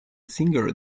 singer